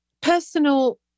personal